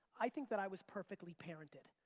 i think that i was perfectly parented,